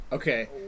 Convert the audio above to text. Okay